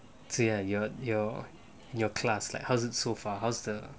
your your your your class like how is it so far how's the